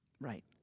right